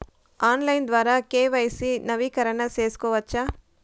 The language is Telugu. ఆన్లైన్ ద్వారా కె.వై.సి నవీకరణ సేసుకోవచ్చా?